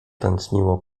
tętniło